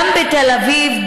גם בתל אביב,